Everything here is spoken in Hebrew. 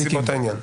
בנסיבות העניין.